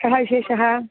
कः विशेषः